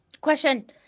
Question